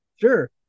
Sure